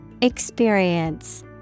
Experience